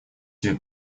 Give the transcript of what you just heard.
себе